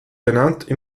benannt